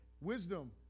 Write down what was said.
wisdom